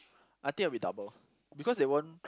I think it'll be double because they won't